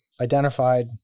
identified